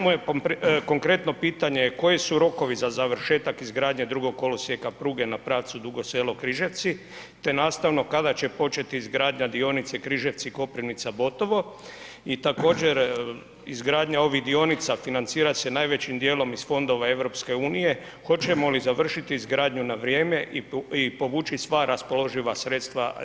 Moje konkretno pitanje je koji su rokovi za završetak izgradnje drugog kolosijeka pruge na pravcu Dugo Selo – Križevci te nastavno kada će početi izgradnja dionice Križevci – Koprivnica – Botovo i također izgradnja ovih dionica financira se najvećim dijelom iz fondova EU, hoćemo li završiti izgradnju na vrijeme i povuči sva raspoloživa sredstva za ove projekte?